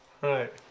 Right